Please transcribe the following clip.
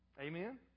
Amen